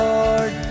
Lord